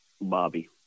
Bobby